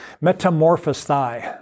metamorphosis